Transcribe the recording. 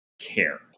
care